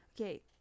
Okay